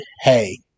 hey